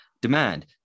Demand